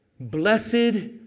Blessed